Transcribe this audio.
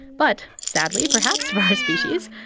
but sadly, perhaps, for our species,